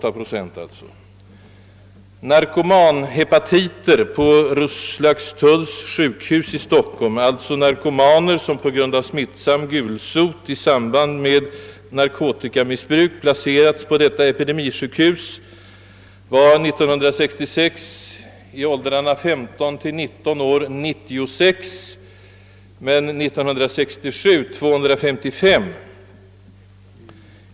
Antalet narkomanhepatiter på Roslagstulls sjukhus i Stockholm, alltså narkomaner som på grund av smittsam gulsot i samband med narkotikamissbruk placerats på detta epidemisjukhus, var 1966 i åldrarna 15—19 år 96 men år 1967 255.